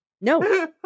No